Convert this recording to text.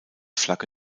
flagge